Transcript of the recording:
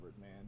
man